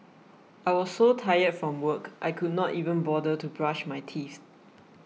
I was so tired from work I could not even bother to brush my teeth